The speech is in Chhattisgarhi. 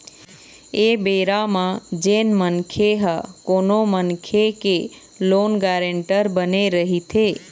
ऐ बेरा म जेन मनखे ह कोनो मनखे के लोन गारेंटर बने रहिथे